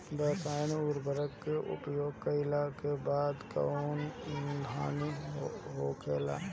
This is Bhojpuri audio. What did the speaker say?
रसायनिक उर्वरक के उपयोग कइला पर कउन हानि होखेला?